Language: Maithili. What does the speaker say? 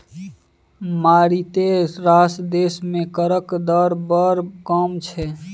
मारिते रास देश मे करक दर बड़ कम छै